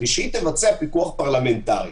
כדי שהיא תבצע פיקוח פרלמנטרי.